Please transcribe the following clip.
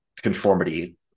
conformity